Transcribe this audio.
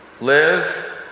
Live